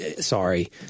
sorry